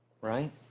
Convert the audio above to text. right